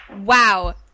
Wow